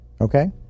Okay